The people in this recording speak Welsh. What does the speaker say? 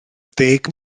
ddeg